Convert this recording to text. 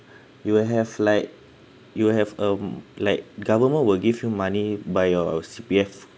you will have like you will have um like government will give you money by your C_P_F